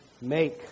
make